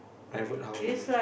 private house like that